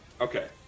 Okay